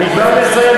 אני כבר מסיים,